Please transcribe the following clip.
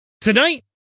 Tonight